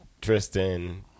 Tristan